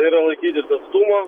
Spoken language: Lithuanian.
tai yra laikytis atstumo